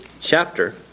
chapter